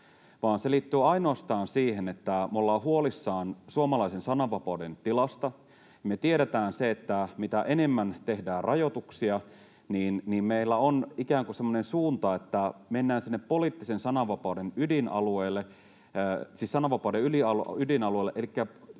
se liittyy ainoastaan siihen, että me ollaan huolissamme suomalaisen sananvapauden tilasta. Me tiedetään, että mitä enemmän tehdään rajoituksia, niin meillä on ikään kuin semmoinen suunta, että mennään sinne sananvapauden ydinalueelle